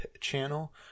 channel